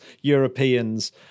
Europeans